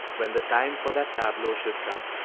when the time for that tableau should come.